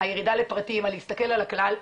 הירידה לפרטים ולהסתכל על הכלל,